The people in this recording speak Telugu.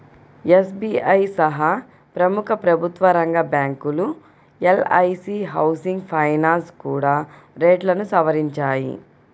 ఎస్.బీ.ఐ సహా ప్రముఖ ప్రభుత్వరంగ బ్యాంకులు, ఎల్.ఐ.సీ హౌసింగ్ ఫైనాన్స్ కూడా రేట్లను సవరించాయి